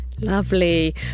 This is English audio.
Lovely